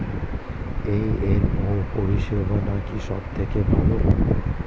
UNO পরিসেবা নাকি সব থেকে ভালো?